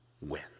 win